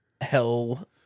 hell